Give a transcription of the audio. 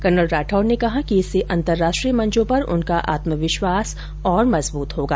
colonel Rathore ने कहा कि इससे अन्तरराष्ट्रीय मंचों पर उनका आत्मविश्वास और मजबूत होगा